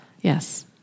Yes